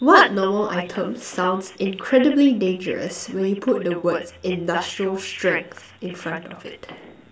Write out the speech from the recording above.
what normal item sounds incredibly dangerous when you put the words industrial strength in front of it